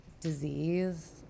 disease